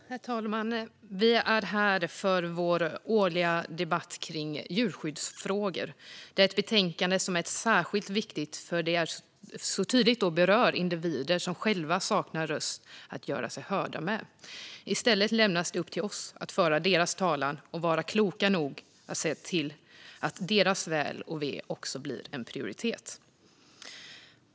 Herr talman! Vi är här för vår årliga debatt om djurskyddsfrågor. Detta är ett betänkande som är särskilt viktigt för att det så tydligt berör individer som själva saknar röst att göra sig hörda med. I stället lämnas det till oss att föra deras talan och vara kloka nog att se till att deras väl och ve blir en prioritet.